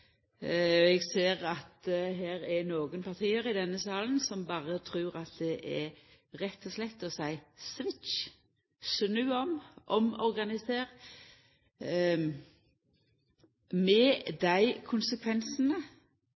Eg ser at det er nokre parti her i salen som trur at det berre er å seia svitsj, snu om, omorganiser – med dei konsekvensane